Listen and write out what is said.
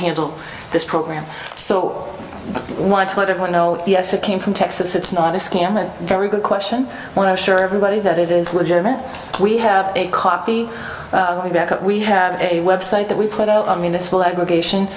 handle this program so watch let everyone know yes it came from texas it's not a scam a very good question when i show everybody that it is legitimate we have a copy of the back up we have a website that we put out i mean this will aggregation